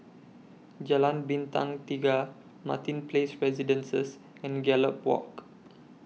Jalan Bintang Tiga Martin Place Residences and Gallop Walk